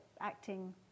acting